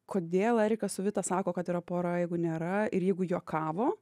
kodėl erika su vita sako kad yra pora jeigu nėra ir jeigu juokavo